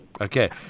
Okay